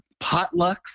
potlucks